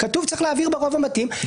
כתוב שצריך להעביר ברוב המתאים.